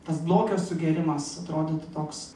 tas blogio sugėrimas atrodytų toks